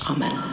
Amen